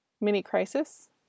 mini-crisis